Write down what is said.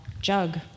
jug